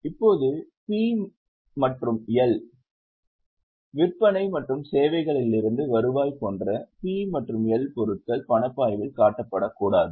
இப்போது P மற்றும் L விற்பனை மற்றும் சேவைகளிலிருந்து வருவாய் போன்ற P மற்றும் L பொருட்கள் பணப்பாய்வில் காட்டப்படக்கூடாது